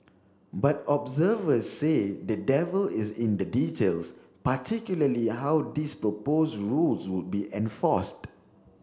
but observers say the devil is in the details particularly how these proposed rules would be enforced